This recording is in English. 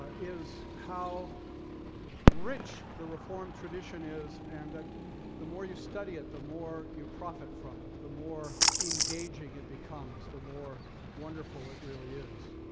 ah is how rich the reformed tradition is and that the more you study it the more you profit from it, the more engaging it becomes, the more wonderful it really is.